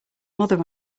mother